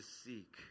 seek